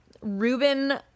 Ruben